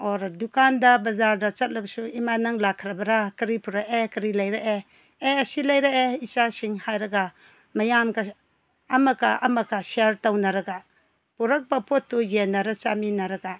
or ꯗꯨꯀꯥꯟꯗ ꯕꯥꯖꯥꯔꯗ ꯆꯠꯂꯕꯁꯨ ꯏꯃꯥ ꯅꯪ ꯂꯥꯛꯈ꯭ꯔꯕꯔꯥ ꯀꯔꯤ ꯄꯨꯔꯛꯑꯦ ꯀꯔꯤ ꯂꯩꯔꯛꯑꯦ ꯑꯦ ꯁꯤ ꯂꯩꯔꯛꯑꯦ ꯏꯆꯥꯁꯤꯡ ꯍꯥꯏꯔꯒ ꯃꯌꯥꯝꯒ ꯑꯃꯒ ꯑꯃꯒ ꯁꯤꯌꯥꯔ ꯇꯧꯅꯔꯒ ꯄꯨꯔꯛꯄ ꯄꯣꯠꯇꯨ ꯌꯦꯟꯅꯔꯒ ꯆꯥꯃꯤꯟꯅꯔꯒ